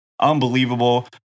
unbelievable